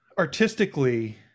Artistically